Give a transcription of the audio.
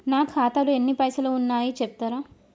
నా ఖాతాలో ఎన్ని పైసలు ఉన్నాయి చెప్తరా?